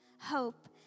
hope